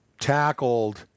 tackled